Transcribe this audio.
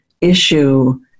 issue